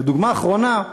ודוגמה אחרונה,